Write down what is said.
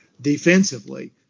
defensively